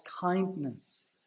kindness